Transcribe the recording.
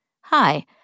Hi